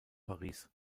paris